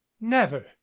Never